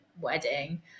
wedding